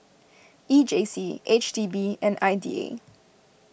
E J C H D B and I D A